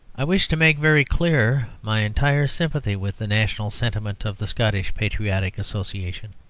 i wish to make very clear my entire sympathy with the national sentiment of the scottish patriotic association.